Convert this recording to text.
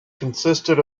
consisted